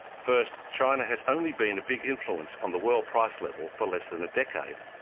first, china has only been a big influence on the world price level for less than a decade,